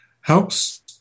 helps